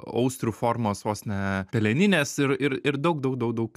austrių formos vos ne peleninės ir ir ir daug daug daug